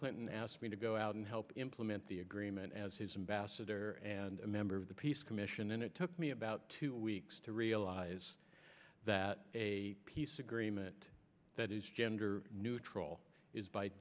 clinton asked me to go out and help implement the agreement as his ambassador and a member of the peace commission and it took me about two weeks to realize that a peace agreement that is gender neutral is by